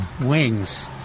wings